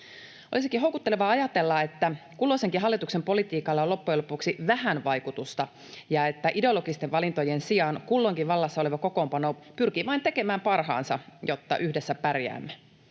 Olisikin houkuttelevaa ajatella, että kulloisenkin hallituksen politiikalla on loppujen lopuksi vähän vaikutusta ja että ideologisten valintojen sijaan kulloinkin vallassa oleva kokoonpano pyrkii vain tekemään parhaansa, jotta yhdessä pärjäämme.